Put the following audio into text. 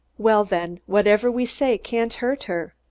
well, then, whatever we say can't hurt her.